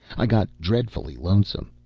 i got dreadfully lonesome.